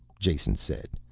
jason said.